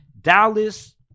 Dallas